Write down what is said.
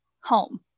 home